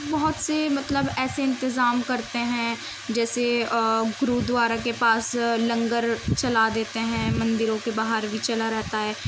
بہت سے مطلب ایسے انتظام کرتے ہیں جیسے گرودوارا کے پاس لنگر چلا دیتے ہیں مندروں کے باہر بھی چلا رہتا ہے